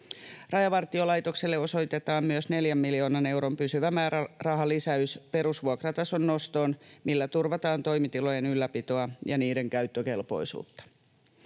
Rajavartiolaitokselle osoitetaan myös 4 miljoonan euron pysyvä määrärahalisäys perusvuokratason nostoon, millä turvataan toimitilojen ylläpitoa ja niiden käyttökelpoisuutta.